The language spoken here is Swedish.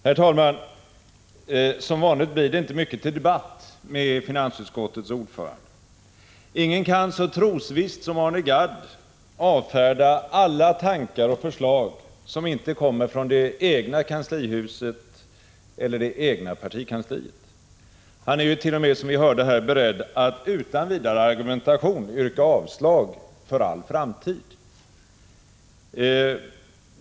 Herr talman! Som vanligt blir det inte mycket till debatt med finansutskottets ordförande. Ingen kan så trosvisst som Arne Gadd avfärda alla tankar och förslag som inte kommer från det egna regeringskansliet eller det egna partikansliet. Han är t.o.m., som vi hört här, beredd att utan vidare argumentation yrka avslag för all framtid.